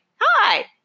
Hi